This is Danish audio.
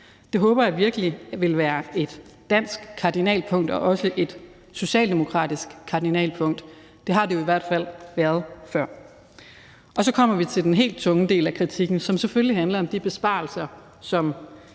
Det håber jeg virkelig vil være et dansk kardinalpunkt og også et socialdemokratisk kardinalpunkt. Det har det jo i hvert fald været før. Så kommer vi til den helt tunge del af kritikken, som selvfølgelig handler om de besparelser,